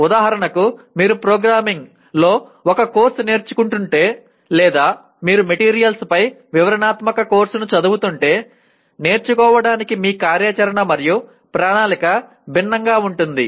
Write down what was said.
ఉదాహరణకు మీరు ప్రోగ్రామింగ్లో ఒక కోర్సు నేర్చుకుంటుంటే లేదా మీరు మెటీరియల్స్ లపై వివరణాత్మక కోర్సును చదువుతుంటే నేర్చుకోవడానికి మీ కార్యాచరణ మరియు ప్రణాళిక భిన్నంగా ఉంటుంది